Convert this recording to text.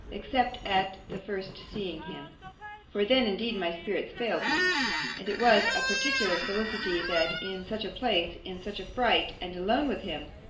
except at the first seeing him for then indeed my spirits failed me and it was a particular felicity, that, in such a place, in such a fright, and alone with him,